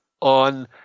on